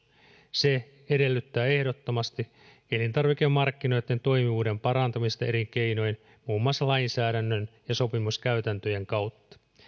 se edellyttää ehdottomasti elintarvikemarkkinoitten toimivuuden parantamista eri keinoin muun muassa lainsäädännön ja sopimuskäytäntöjen kautta